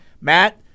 Matt